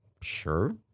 Sure